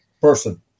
person